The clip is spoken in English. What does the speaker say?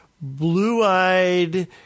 blue-eyed